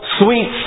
sweet